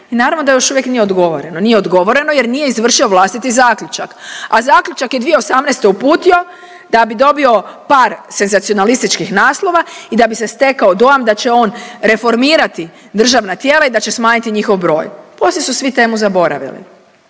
i naravno da još uvijek nije odgovoreno, nije odgovoreno jer nije izvršio vlastiti zaključak, a zaključak je 2018. uputio da bi dobio par senzacionalističkih naslova i da bi se stekao dojam da će on reformirati državna tijela i da će smanjiti njihov broj. Poslije su svi temu zaboravili,